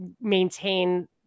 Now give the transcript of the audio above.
maintain